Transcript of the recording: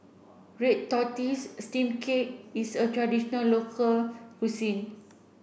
red tortoise steam cake is a traditional local cuisine